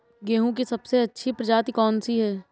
गेहूँ की सबसे अच्छी प्रजाति कौन सी है?